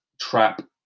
trap